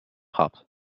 hop